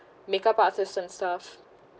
makeup artists and stuff